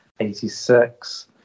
86